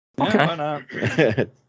Okay